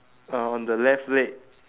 uh on the left leg